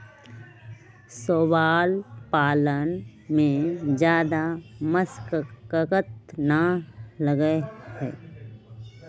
शैवाल पालन में जादा मशक्कत ना लगा हई